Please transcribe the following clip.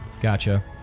Gotcha